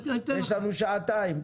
יש לנו שעתיים.